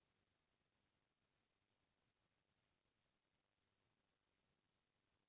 कोनो भी फसल हा बड़थे ता माटी के कतका कन सहयोग होथे?